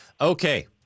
Okay